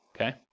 okay